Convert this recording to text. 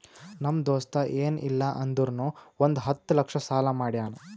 ನಮ್ ದೋಸ್ತ ಎನ್ ಇಲ್ಲ ಅಂದುರ್ನು ಒಂದ್ ಹತ್ತ ಲಕ್ಷ ಸಾಲಾ ಮಾಡ್ಯಾನ್